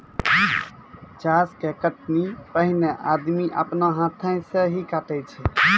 चास के कटनी पैनेहे आदमी आपनो हाथै से ही काटै छेलै